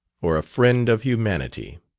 or a friend of humanity.